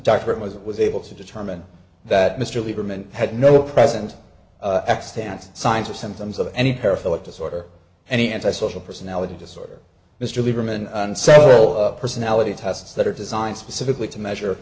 doctor it was was able to determine that mr lieberman had no present extant signs or symptoms of any paraphiliac disorder any anti social personality disorder mr lieberman and several of personality tests that are designed specifically to measure